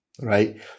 right